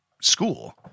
school